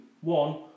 one